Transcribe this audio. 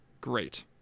Great